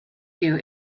you